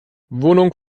wohnung